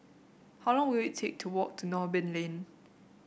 how long will it take to walk to Noordin Lane